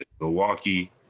milwaukee